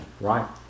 right